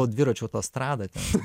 o dviračių autostrada ten